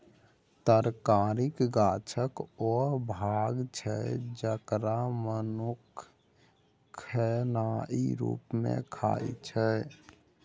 तरकारी गाछक ओ भाग छै जकरा मनुख खेनाइ रुप मे खाइ छै